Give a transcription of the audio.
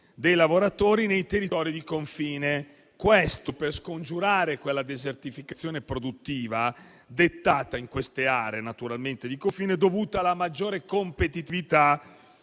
dei lavoratori nei territori di confine: ciò per scongiurare la desertificazione produttiva, in queste aree di confine, dovuta alla maggiore competitività